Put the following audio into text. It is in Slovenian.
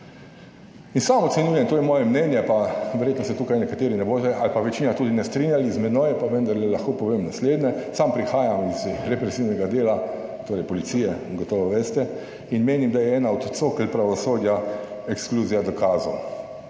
sam ocenjujem, to je moje mnenje, pa verjetno se tukaj nekateri ne boste ali pa večina tudi ne strinjali z menoj, pa vendarle lahko povem naslednje. Sam prihajam iz represivnega dela, torej policije, gotovo, veste in menim, da je ena od cokel pravosodja ekskluzija dokazov.